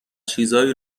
چیزایی